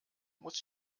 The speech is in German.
muss